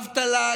אבטלה,